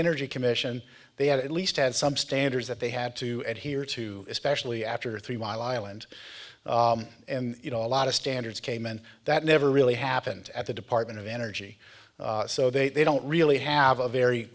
energy commission they had at least had some standards that they had to add here to especially after three mile island and you know a lot of standards came and that never really happened at the department of energy so they don't really have a very